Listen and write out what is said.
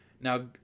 now